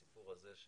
בסיפור הזה,